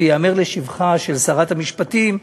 ייאמר לשבחה של שרת המשפטים,